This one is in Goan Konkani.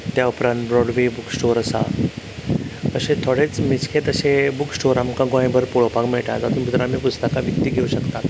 त्या उपरांत रोड वे स्टोर आसा असें थोडे मेजकेत अशें बूक स्टोर आमकां गोंय भर पळोवपाक मेळटात जातूंत भितर आमकां पुस्तकां विकती घेवूंक शकतात